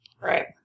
Right